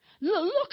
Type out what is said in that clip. Look